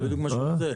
זה בדיוק מה שהוא עושה.